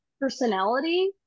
personality